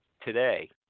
today